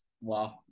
Wow